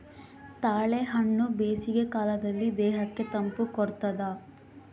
ತಾಳೆಹಣ್ಣು ಬೇಸಿಗೆ ಕಾಲದಲ್ಲಿ ದೇಹಕ್ಕೆ ತಂಪು ಕೊಡ್ತಾದ